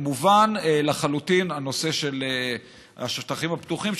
מובן לחלוטין הנושא של השטחים הפתוחים,